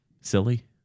silly